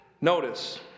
Notice